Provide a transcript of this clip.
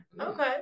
Okay